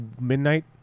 midnight